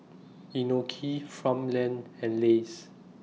Inokim Farmland and Lays